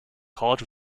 college